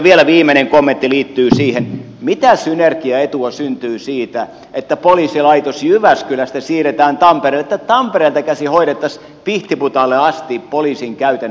vielä viimeinen kommentti liittyy siihen mitä synergiaetua syntyy siitä että poliisilaitos jyväskylästä siirretään tampereelle että tampereelta käsin hoidettaisiin pihtiputaalle asti poliisin käytännön kenttätyö